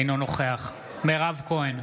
אינו נוכח מירב כהן,